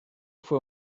fue